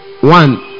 one